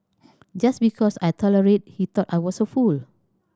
just because I tolerated he thought I was a fool